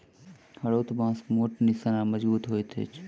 हरोथ बाँस मोट, निस्सन आ मजगुत होइत अछि